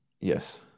Yes